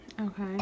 Okay